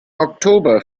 oktober